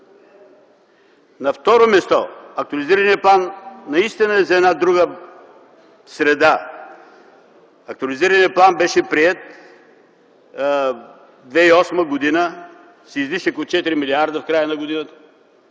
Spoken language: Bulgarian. На второ място, актуализираният план наистина е за една друга среда. Актуализираният план беше приет 2008 г. с излишък от 4 милиарда в края на годината